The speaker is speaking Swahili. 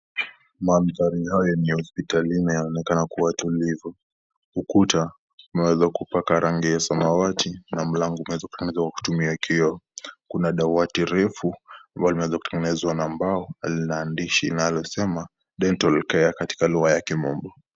Manthari haya ni ya hospitalini na yanaonekana kuwa tulivu, ukuta, umepakwa rangi ya samawati na mlango umetengenezwa kutumia kioo, kuna daqati refu ambalo limeeza kutengenezwa na mbao, na lina andishi linalo sema (cs)dental care(cs), katika lugha ya kimombo.